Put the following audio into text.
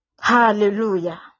Hallelujah